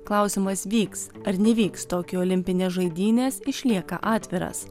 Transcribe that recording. klausimas vyks ar nevyks tokijo olimpinės žaidynės išlieka atviras